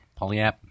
Polyapp